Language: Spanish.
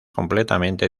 completamente